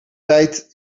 tijd